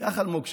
אלמוג שלנו,